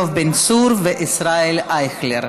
יואב בן צור וישראל אייכלר.